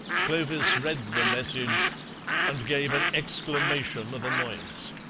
clovis read the message and gave an exclamation of annoyance.